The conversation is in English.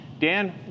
Dan